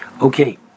Okay